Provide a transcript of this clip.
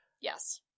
yes